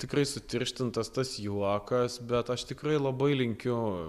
tikrai sutirštintas tas juokas bet aš tikrai labai linkiu